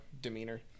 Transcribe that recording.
demeanor